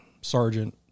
Sergeant